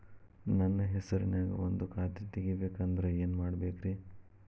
ನನ್ನ ಹೆಸರನ್ಯಾಗ ಒಂದು ಖಾತೆ ತೆಗಿಬೇಕ ಅಂದ್ರ ಏನ್ ಮಾಡಬೇಕ್ರಿ?